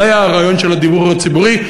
זה היה הרעיון של הדיור הציבורי.